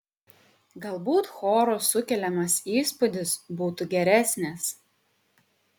galbūt choro sukeliamas įspūdis būtų geresnis